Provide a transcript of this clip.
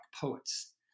poets